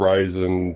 Ryzen